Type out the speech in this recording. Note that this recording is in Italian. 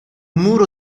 muro